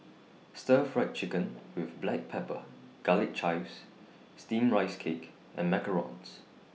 Stir Fried Chicken with Black Pepper Garlic Chives Steamed Rice Cake and Macarons